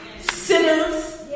sinners